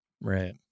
Right